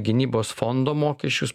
gynybos fondo mokesčius